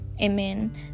Amen